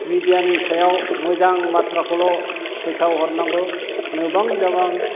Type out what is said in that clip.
मिडियानि सायाव मोजां बाथ्राखौल' फोसावहरनांगौ नोबां जाबां